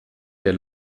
der